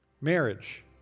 Marriage